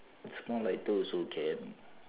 small lighter also can